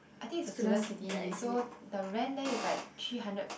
I think it's a student city so the rent there is like three hundred